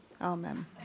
amen